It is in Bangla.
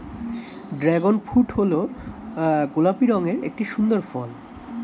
ড্র্যাগন ফ্রুট হল গোলাপি রঙের একটি সুন্দর ফল